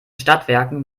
stadtwerken